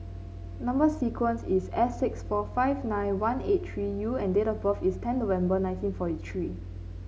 number sequence is S six four five nine one eight three U and date of birth is ten November nineteen forty three